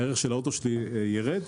ערך האוטו שלי ירד?